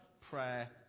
prayer